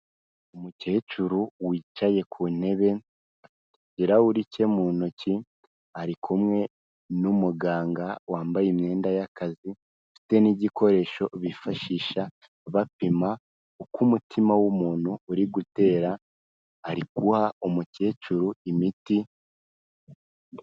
Umukecuru wicaye ku ntebe, ikirahuri cye mu ntoki, ari kumwe n'umuganga wambaye imyenda y'akazi ufite n'igikoresho bifashisha bapima uko umutima w'umuntu uri gutera, ari guha umukecuru imiti.